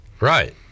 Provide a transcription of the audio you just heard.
right